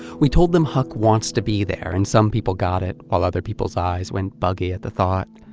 we told them huck wants to be there, and some people got it, while other people's eyes went buggy at the thought.